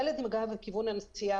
ילד עם גב לכיוון הנסיעה,